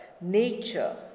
nature